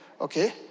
okay